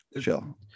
chill